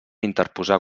interposar